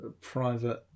private